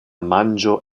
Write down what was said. manĝo